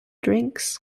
drinks